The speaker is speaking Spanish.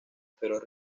feroz